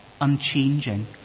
unchanging